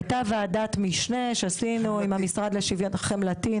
הייתה וועדת משנה שעשינו עם המשרד לשוויון חברתי,